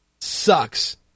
sucks